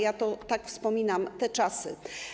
Ja tak wspominam te czasy.